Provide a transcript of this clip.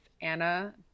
anna